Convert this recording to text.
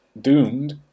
Doomed